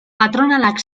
patronalak